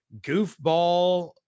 goofball